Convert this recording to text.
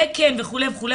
תקן וכו' וכו'.